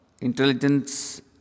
intelligence